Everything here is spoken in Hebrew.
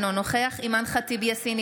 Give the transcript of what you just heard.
אינו נוכח אימאן ח'טיב יאסין,